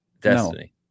destiny